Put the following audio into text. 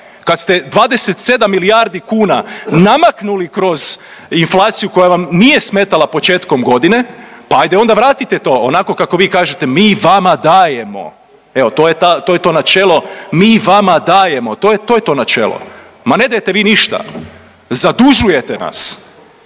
kad ste 27 milijardi kuna namaknuli kroz inflaciju koja vam nije smetala početkom godine, pa ajde onda vratite to, onako kako vi kažete, mi vama dajemo. Evo, to je ta, to je to načelo, mi vama dajemo. To je to načelo. Ma ne dajete vi ništa. Zadužujete nas,